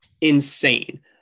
insane